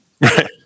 Right